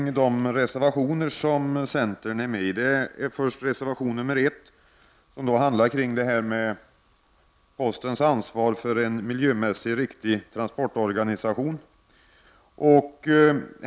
Reservation 1 handlar om postens ansvar för en miljömässigt riktig transportorganisation.